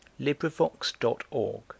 LibriVox.org